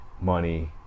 money